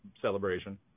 celebration